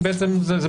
כי זה בסדר,